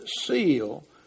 seal